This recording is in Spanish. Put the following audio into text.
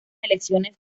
elecciones